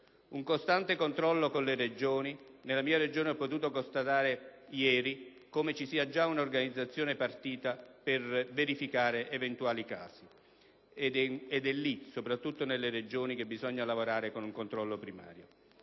un costante controllo d'intesa con le Regioni. Nella mia regione ho potuto constatare ieri come ci sia già un'organizzazione preposta a verificare eventuali casi. Ed è lì, soprattutto nelle regioni, che bisogna lavorare con un controllo primario.